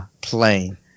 plane